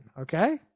okay